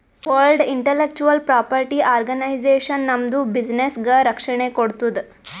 world intellectual property organization ನಮ್ದು ಬಿಸಿನ್ನೆಸ್ಗ ರಕ್ಷಣೆ ಕೋಡ್ತುದ್